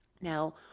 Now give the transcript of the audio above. Now